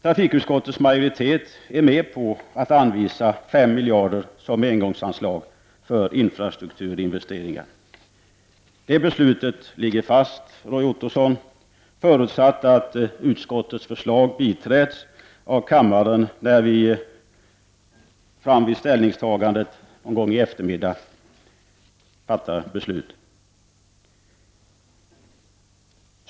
Trafikutskottets majoritet har tillstyrkt förslaget att anvisa 5 miljarder kronor som engångsanslag för infrastrukturinvesteringar. Detta beslut ligger fast, Roy Ottosson, förutsatt att utskottets förslag bifalles av kammaren vid den kommande voteringen.